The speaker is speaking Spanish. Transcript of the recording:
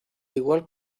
igual